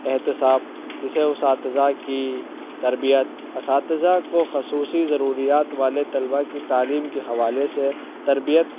احتساب جیسے اساتذہ کی تربیت اساتذہ کو خصوصی ضروریات والے طلبہ کی تعلیم کے حوالے سے تربیت